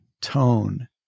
tone